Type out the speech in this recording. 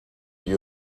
you